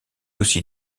aussi